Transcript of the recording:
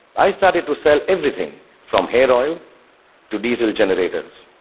i started to sell everything, from hair oil to diesel generators.